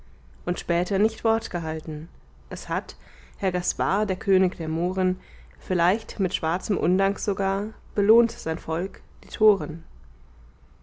und später nicht wort gehalten es hat herr gaspar der könig der mohren vielleicht mit schwarzem undank sogar belohnt sein volk die toren